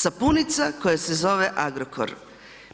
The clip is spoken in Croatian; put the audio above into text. Sapunica koja je zove Agrokor,